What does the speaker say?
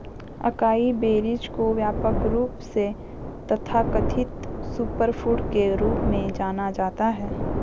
acai berries को व्यापक रूप से तथाकथित सुपरफूड के रूप में जाना जाता है